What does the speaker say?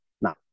now